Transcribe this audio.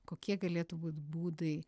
kokie galėtų būt būdai